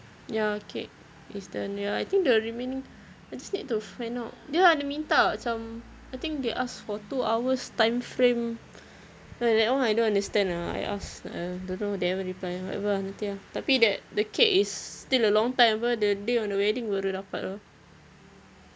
ya cake is the ya I think the remaining I just need to find out dia ada minta macam I think they ask for two hours time frame the that [one] I don't understand lah I ask uh don't know they haven't reply ah whatever ah nanti ah tapi that the cake is still a long time [pe] the day on the wedding baru dapat [pe]